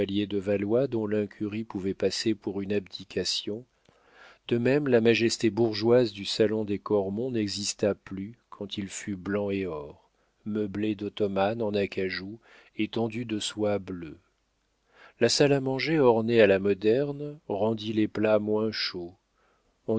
de valois dont l'incurie pouvait passer pour une abdication de même la majesté bourgeoise du salon des cormon n'exista plus quand il fut blanc et or meublé d'ottomanes en acajou et tendu de soie bleue la salle à manger ornée à la moderne remplit les plats moins chauds